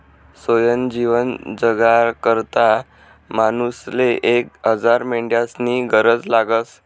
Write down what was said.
सोयनं जीवन जगाकरता मानूसले एक हजार मेंढ्यास्नी गरज लागस